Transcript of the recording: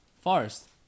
Forest